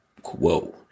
Whoa